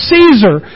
Caesar